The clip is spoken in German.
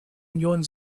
union